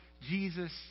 Jesus